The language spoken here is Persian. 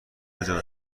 جان